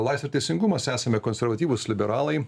laisvė ir teisingumas esame konservatyvūs liberalai